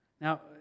Now